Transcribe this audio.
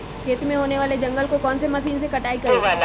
खेत में होने वाले जंगल को कौन से मशीन से कटाई करें?